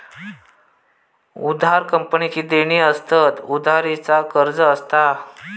उधार कंपनीची देणी असतत, उधारी चा कर्ज असता